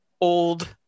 old